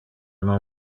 non